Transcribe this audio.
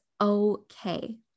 okay